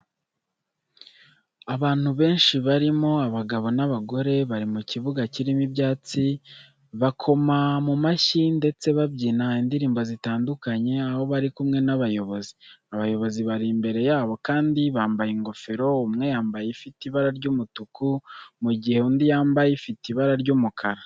Abantu benshi barimo abagabo n'abagore bari mu kibuga kirimo ibyatsi, bakoma mu mashyi ndetse babyina indirimbo zitandukanye aho bari kumwe n'abayobozi. Abayobozi bari imbere yabo kandi bambaye ingofero, umwe yambaye ifite ibara ry'umutuku mu gihe undi yambaye ifite ibara ry'umukara.